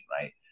right